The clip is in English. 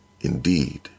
indeed